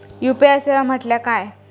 UPI सेवा म्हटल्या काय?